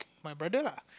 my brother lah